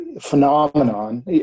phenomenon